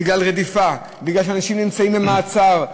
בגלל רדיפה, מפני שאנשים נמצאים במעצר.